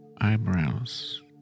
eyebrows